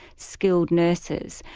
skilled nurses,